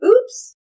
Oops